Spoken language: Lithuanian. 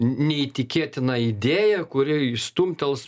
neįtikėtiną idėją kuri stumtels